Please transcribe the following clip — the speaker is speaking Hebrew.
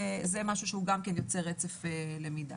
זה משהו שגם יוצר רצף למידה.